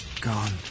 Gone